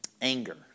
anger